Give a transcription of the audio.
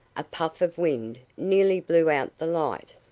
a puff of wind nearly blew out the light.